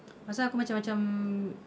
pasal aku macam macam